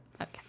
Okay